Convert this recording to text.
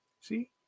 see